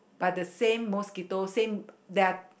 but the same mosquito same there are